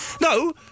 No